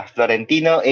Florentino